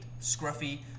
scruffy